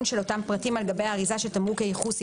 של אותם פרטים על גבי האריזה של תמרוק הייחוס,